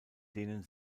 denen